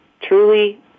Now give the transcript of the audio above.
truly